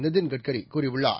நிதின் கட்கரி கூறியுள்ளார்